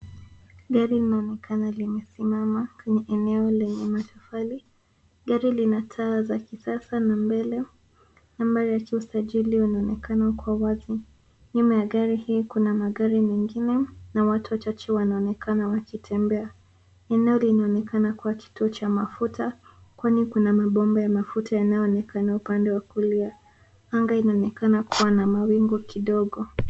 Gari linaonekana limesimama kwenye eneo lenye matofali. Gari lina taa za kisasa na mbele namba ya kiusajili, unaonekana kwa wazi. Nyuma ya gari hii kuna magari mengine na watu watatu wanaonekana wakitembea. Eneo linaonekana kuwa kituo cha mafuta, kwani kuna mabomba ya mafuta yanayoonekana upande wa kulia. Anga inaonekana kuwa na mawingu kidogo.